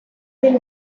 del